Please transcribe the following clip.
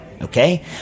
Okay